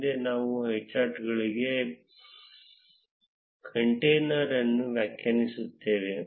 ಮುಂದೆ ನಾವು ಹೈಚಾರ್ಟ್ಗಾಗಿ ಕಂಟೇನರ್ ಅನ್ನು ವ್ಯಾಖ್ಯಾನಿಸುತ್ತೇವೆ